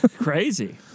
crazy